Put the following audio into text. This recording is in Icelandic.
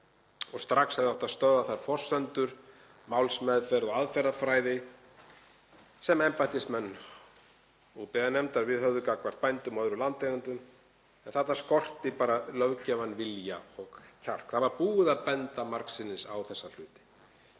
og strax hefði átt að stöðva þær forsendur, málsmeðferð og aðferðafræði sem embættismenn óbyggðanefndar viðhöfðu gagnvart bændum og öðrum landeigendum. En þarna skorti bara löggjafann vilja og kjark. Það var margsinnis búið að benda á þessa hluti.